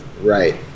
Right